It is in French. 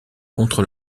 contre